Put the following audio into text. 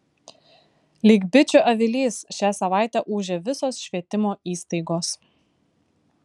lyg bičių avilys šią savaitę ūžė visos švietimo įstaigos